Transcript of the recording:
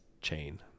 chain